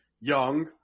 young